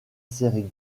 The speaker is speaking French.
series